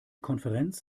konferenz